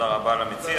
תודה רבה למציע.